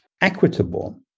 equitable